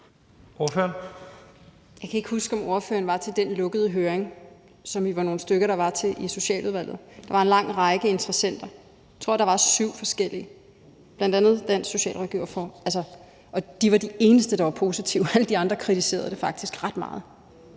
(DF): Jeg kan ikke huske, om ordføreren var til den lukkede høring, som vi var nogle stykker, der var til i Socialudvalget. Der var en lang række interessenter. Jeg tror, der var syv forskellige, bl.a. Dansk Socialrådgiverforening, og de var de eneste, der var positive. Alle de andre kritiserede det faktisk ret meget.